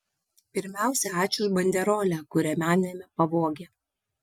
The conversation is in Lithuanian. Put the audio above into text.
pirmiausia ačiū už banderolę kurią manėme pavogė